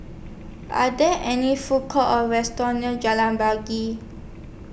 Are There any Food Courts Or restaurants near Jalan Pari Key